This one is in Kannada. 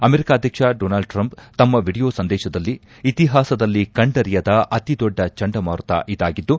ಅಮೆರಿಕ ಅಧ್ಯಕ್ಷ ಡೊನಾಲ್ಡ್ ಟ್ರಂಪ್ ತಮ್ನ ವಿಡಿಯೋ ಸಂದೇಶದಲ್ಲಿ ಇತಿಹಾಸದಲ್ಲಿ ಕಂಡರಿಯದ ಅತಿ ದೊಡ್ಡ ಚಂಡಮಾರುತ ಇದಾಗಿದ್ದು